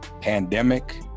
pandemic